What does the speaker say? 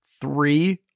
three